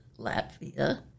Latvia